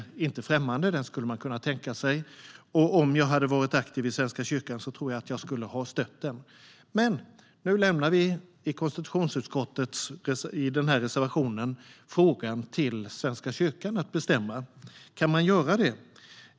Den tanken är inte främmande. Om jag hade varit aktiv i Svenska kyrkan tror jag att jag skulle ha stött den tanken. Nu lämnar vi med reservationen till utskottets betänkande frågan till Svenska kyrkan att bestämma. Kan man göra det?